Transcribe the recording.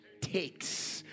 takes